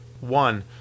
One